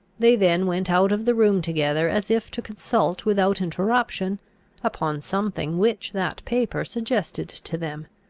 they then went out of the room together, as if to consult without interruption upon something which that paper suggested to them.